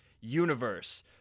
universe